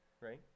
right